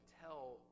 tell